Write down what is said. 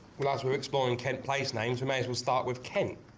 well as we're exploring kent place names we may as well start with kent,